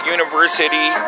University